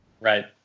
Right